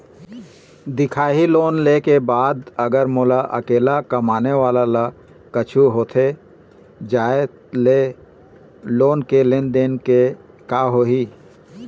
दिखाही लोन ले के बाद अगर मोला अकेला कमाने वाला ला कुछू होथे जाय ले लोन के लेनदेन के का होही?